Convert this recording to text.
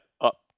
up